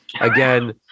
again